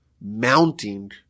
mounting